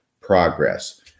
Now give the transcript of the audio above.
progress